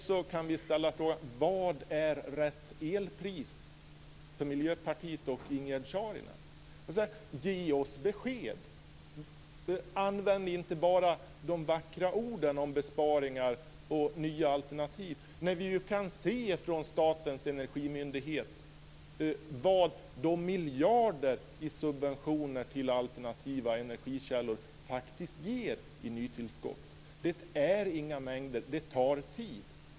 Vi kan ställa frågan: Vad är rätt elpris för Miljöpartiet och Ingegerd Saarinen? Ge oss besked! Använd inte bara de vackra orden om besparingar och nya alternativ. Statens energimyndighet har visat vad miljarderna i subventioner till alternativa energikällor faktiskt ger i nytillskott. Det är inga mängder. Det tar tid.